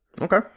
okay